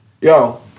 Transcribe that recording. yo